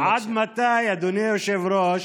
עד מתי, אדוני היושב-ראש,